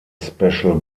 special